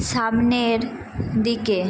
সামনের দিকে